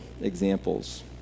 examples